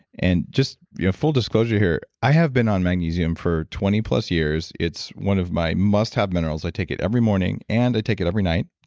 and just your full disclosure here, i have been on magnesium for twenty plus years. it's one of my must-have minerals. i take it every morning and i take it every night.